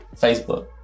Facebook